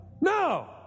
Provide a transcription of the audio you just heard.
No